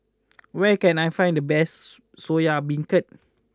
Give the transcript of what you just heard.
where can I find the best Soya Beancurd